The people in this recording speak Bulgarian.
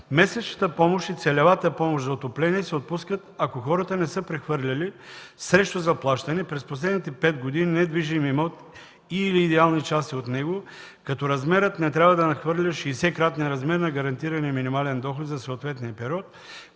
Месечната помощ и целевата помощ за отопление се отпускат, ако хората не са прехвърляли срещу заплащане през последните пет години недвижим имот и/или идеални части от него, като размерът не трябва да надхвърля 60-кратния размер на гарантирания минимален доход за съответния период,